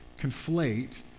conflate